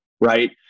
Right